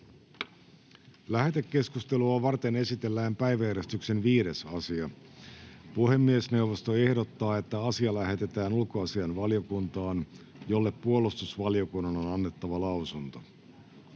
Lähetekeskustelua varten esitellään päiväjärjestyksen 5. asia. Puhemiesneuvosto ehdottaa, että asia lähetetään ulkoasiainvaliokuntaan, jolle puolustusvaliokunnan on annettava lausunto.